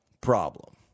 problem